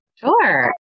Sure